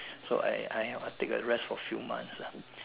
so I I take a rest for few months ah